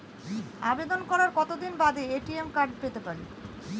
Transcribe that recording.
আবেদন করার কতদিন বাদে এ.টি.এম কার্ড পেতে পারি?